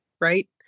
Right